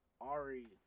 Ari